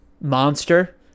monster